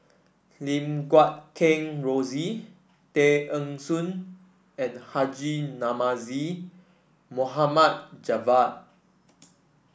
Lim Guat Kheng Rosie Tay Eng Soon and Haji Namazie Mohd Javad